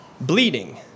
bleeding